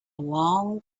long